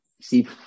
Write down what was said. see